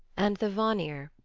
and the vanir,